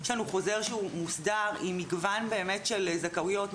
יש לנו חוזר מוסדר עם מגוון של זכאויות,